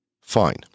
fine